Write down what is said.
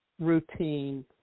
routine